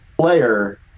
player